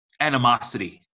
animosity